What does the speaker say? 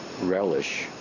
relish